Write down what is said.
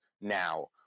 now